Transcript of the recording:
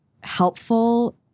helpful